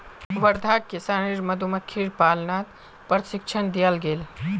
वर्धाक किसानेर मधुमक्खीर पालनत प्रशिक्षण दियाल गेल